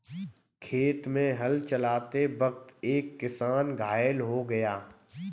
खेत में हल चलाते वक्त एक किसान घायल हो गया